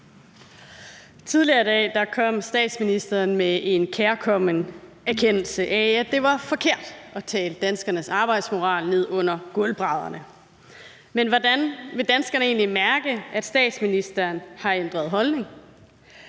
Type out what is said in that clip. Tidligere i dag kom statsministeren med en kærkommen erkendelse af, at det var forkert at tale danskernes arbejdsmoral ned under gulvbrædderne. Men hvordan vil danskerne egentlig mærke, at statsministeren har ændret holdning?